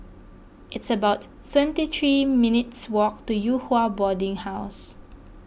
it's about three minutes' walk to Yew Hua Boarding House